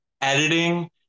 editing